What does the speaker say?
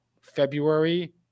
February